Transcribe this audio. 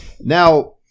now